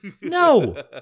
no